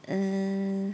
err